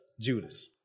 Judas